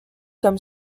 comme